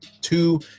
two